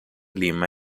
lima